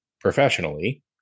professionally